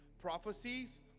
Prophecies